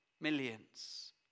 Millions